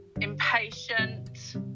impatient